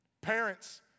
Parents